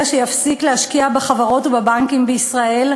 שיפסיק להשקיע בחברות ובבנקים בישראל,